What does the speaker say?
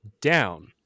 down